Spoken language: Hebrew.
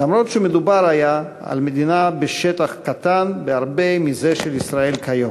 אף שמדובר היה על מדינה בשטח קטן בהרבה מזה של ישראל כיום,